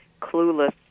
clueless